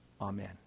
Amen